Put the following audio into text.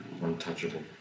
Untouchable